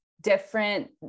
different